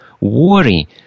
Worry